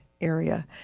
area